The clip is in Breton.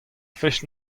fest